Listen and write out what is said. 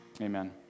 amen